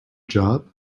job